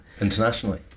Internationally